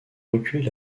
reculer